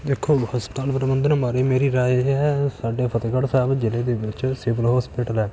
ਦੇਖੋ ਹਸਪਤਾਲ ਪ੍ਰਬੰਧਨ ਬਾਰੇ ਮੇਰੀ ਰਾਏ ਇਹ ਹੈ ਸਾਡੇ ਫਤਿਹਗੜ੍ਹ ਸਾਹਿਬ ਜ਼ਿਲ੍ਹੇ ਦੇ ਵਿੱਚ ਸਿਵਲ ਹੋਸਪਿਟਲ ਹੈ